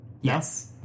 Yes